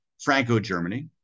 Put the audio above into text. Franco-Germany